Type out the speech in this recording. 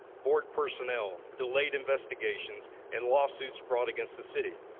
board personnel, delayed investigations, and lawsuits brought against the city,